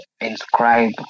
inscribe